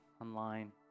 online